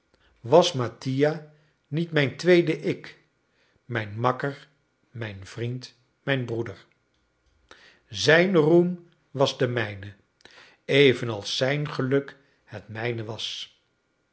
was mattia niet mijn tweede ik mijn makker mijn vriend mijn broeder zijn roem was de mijne evenals zijn geluk het mijne was